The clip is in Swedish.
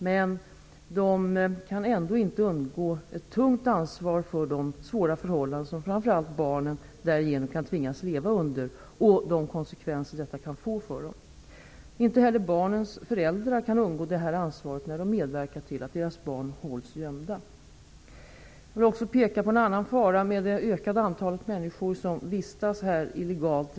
Men de kan ändå inte undgå ett tungt ansvar för de svåra förhållanden som framför allt barnen därigenom kan tvingas leva under och de konsekvenser detta kan få för dem. Inte heller barnens föräldrar kan undgå detta ansvar när de medverkar till att deras barn hålls gömda. Jag vill också peka på en annan fara med det ökande antalet människor som vistas här illegalt.